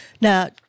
Now